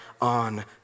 on